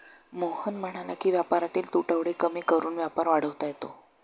मोहन म्हणाला की व्यापारातील तुटवडे कमी करून व्यापार वाढवता येतो